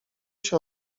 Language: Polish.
się